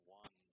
one